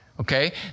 Okay